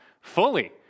fully